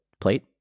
plate